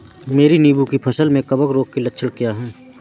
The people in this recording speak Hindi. मेरी नींबू की फसल में कवक रोग के लक्षण क्या है?